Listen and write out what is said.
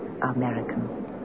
American